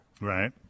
Right